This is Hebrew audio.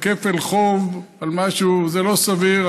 לכפל חוב על משהו, זה לא סביר.